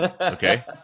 Okay